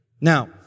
Now